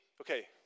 Okay